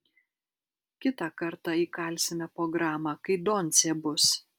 kitą kartą įkalsime po gramą kai doncė bus